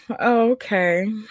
okay